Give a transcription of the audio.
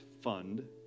Fund